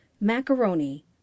Macaroni